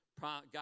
God